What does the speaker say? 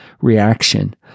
reaction